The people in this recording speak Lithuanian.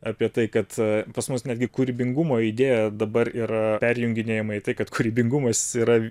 apie tai kad pas mus netgi kūrybingumo idėja dabar ir perjunginėjima į tai kad kūrybingumas yra